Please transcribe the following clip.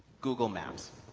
google maps.